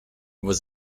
was